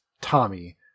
Tommy